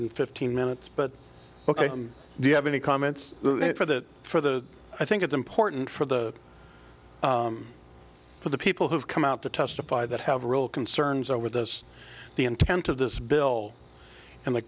than fifteen minutes but ok do you have any comments for that for the i think it's important for the for the people who have come out to testify that have real concerns over this the intent of this bill and the